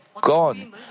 gone